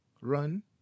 run